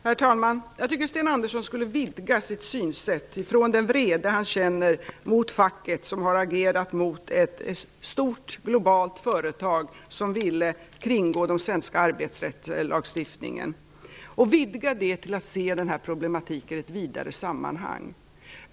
Herr talman! Jag tycker att Sten Andersson skulle vidga sitt synsätt från den vrede han känner mot facket som har agerat mot ett stort globalt företag, som ville kringgå den svenska arbetsrättsliga lagstiftningen, till att se den här problematiken i ett vidare sammanhang.